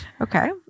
okay